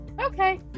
okay